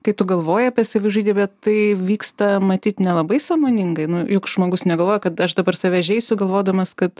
kai tu galvoji apie savižudybę tai vyksta matyt nelabai sąmoningai juk žmogus negalvoja kad aš dabar save žeisiu galvodamas kad